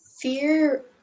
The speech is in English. fear